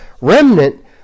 remnant